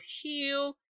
heal